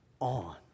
on